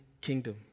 kingdom